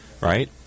right